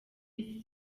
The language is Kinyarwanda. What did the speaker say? izi